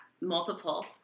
multiple